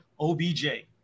OBJ